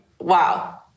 wow